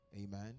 Amen